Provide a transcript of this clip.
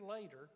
later